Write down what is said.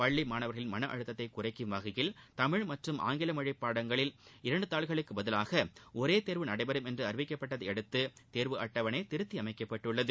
பள்ளி மாணவர்களின் மன அழுத்ததை குறைக்கும் வகையில் தமிழ் மற்றும் ஆங்கில மொழி பாடங்களில் இரண்டு தாள்களுக்குப் பதிவாக ஒரே தேர்வு நடைபெறும் என்று அறிவிக்கப்பட்டதை அடுத்து தேர்வு அட்டவணை திருத்தியமைக்கப்பட்டுள்ளது